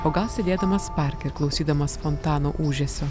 o gal sėdėdamas parke klausydamas fontano ūžesio